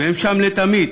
והם שם לתמיד,